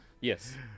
Yes